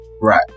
right